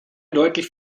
deutlich